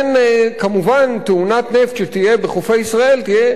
תאונת נפט שתהיה בחופי ישראל תהיה הרבה יותר מסוכנת